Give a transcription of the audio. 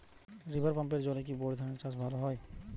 River পাম্পের জলে কি বোর ধানের চাষ ভালো হয়?